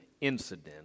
incident